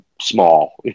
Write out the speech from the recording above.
small